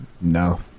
No